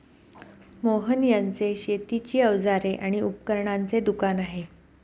मोहन यांचे शेतीची अवजारे आणि उपकरणांचे दुकान आहे